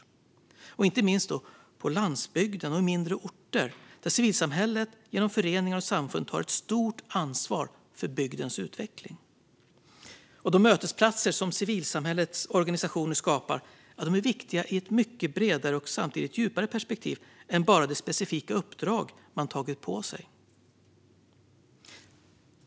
Det gäller inte minst på landsbygden och i mindre orter där civilsamhället genom föreningar och samfund tar ett stort ansvar för bygdens utveckling. De mötesplatser som civilsamhällets organisationer skapar är viktiga i ett mycket bredare och samtidigt djupare perspektiv än bara det specifika uppdrag man tagit på sig.